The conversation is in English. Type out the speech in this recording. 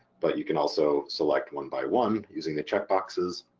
but you can also select one by one using the checkboxes.